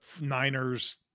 Niners